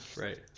right